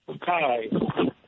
Hi